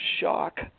shock